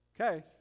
Okay